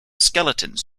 skeletons